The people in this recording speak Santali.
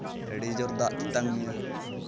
ᱟᱹᱰᱤ ᱡᱳᱨ ᱫᱟᱜ ᱛᱮᱛᱟᱝ ᱢᱮᱭᱟ